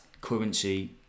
currency